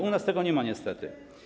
U nas tego nie ma niestety.